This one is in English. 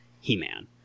He-Man